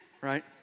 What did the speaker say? Right